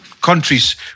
countries